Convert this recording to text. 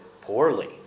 poorly